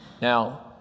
Now